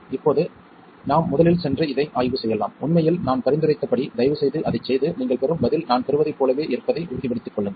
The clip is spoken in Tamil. இப்போது நாம் முதலில் சென்று இதை ஆய்வு செய்யலாம் உண்மையில் நான் பரிந்துரைத்தபடி தயவுசெய்து அதைச் செய்து நீங்கள் பெறும் பதில் நான் பெறுவதைப் போலவே இருப்பதை உறுதிப்படுத்திக் கொள்ளுங்கள்